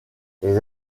les